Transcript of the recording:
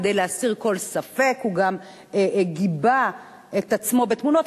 כדי להסיר כל ספק הוא גם גיבה את עצמו בתמונות,